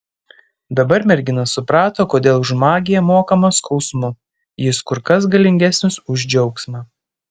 dabar mergina suprato kodėl už magiją mokama skausmu jis kur kas galingesnis už džiaugsmą